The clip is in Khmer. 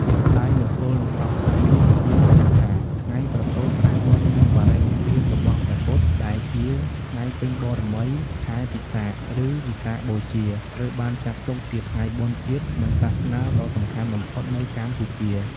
ជាក់ស្តែងមកទល់និងសព្វថ្ងៃនេះយើងឃើញថា ថ្ងៃប្រសូតត្រាស់ដឹង និងបរិនិព្វានរបស់ព្រះពុទ្ធ ដែលជាថ្ងៃពេញបូណ៌មីខែពិសាខ ឬ វិសាខបូជា ត្រូវបានចាត់ទុកជាថ្ងៃបុណ្យជាតិ និងសាសនាដ៏សំខាន់បំផុតនៅកម្ពុជា។